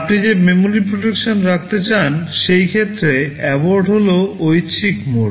আপনি যে memory protection রাখতে চান সেই ক্ষেত্রে ABORT হল ঐচ্ছিক মোড